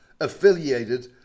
affiliated